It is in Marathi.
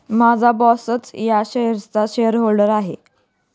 माझा बॉसच या शेअर्सचा शेअरहोल्डर आहे